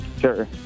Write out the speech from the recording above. Sure